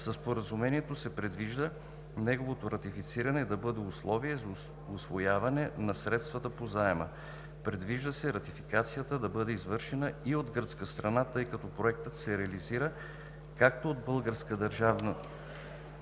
споразумението се предвижда неговото ратифициране да бъде условие за усвояване на средствата по заема. Предвижда се ратификация да бъде извършена и от гръцка страна, тъй като Проектът се реализира, както от българска държава